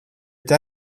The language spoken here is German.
der